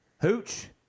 Hooch